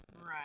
Right